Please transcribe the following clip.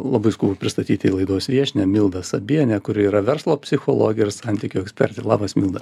labai skubu pristatyti laidos viešnią mildą sabienę kuri yra verslo psichologė ir santykių ekspertė labas milda